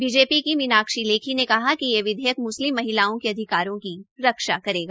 BJP के मीनाक्षी लेखी ने कहा कि यह विधेयक म्स्लिम महिलाओं के अधिकारों की रक्षा करेगा